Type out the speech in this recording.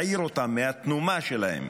העיר אותם מהתנומה שלהם.